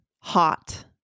hot